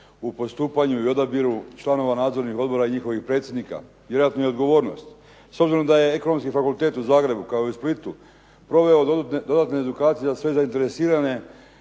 u postupanju i odabiru članova nadzornih odbora i njihovih predsjednika, vjerojatno i odgovornost. S obzirom da je Ekonomski fakultet u Zagrebu, kao i u Splitu proveo dodatne edukacije za sve zainteresirane